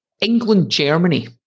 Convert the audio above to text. England-Germany